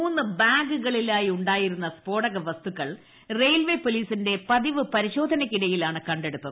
മൂന്നു ബാഗുകളിലായുണ്ടായിരുന്ന സ്ഫോടക വസ്തുക്കൾ റെയിൽവേ പോലീസിന്റെ പതിവ് പരിശോധനയ്ക്കിടയിലാണ് കണ്ടെടുത്ത്